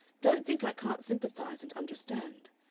don't think i can't sympathize and understand.